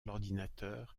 l’ordinateur